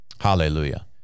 Hallelujah